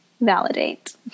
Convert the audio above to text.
validate